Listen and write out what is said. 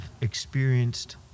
experienced